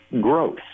growth